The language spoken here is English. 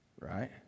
Right